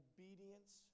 Obedience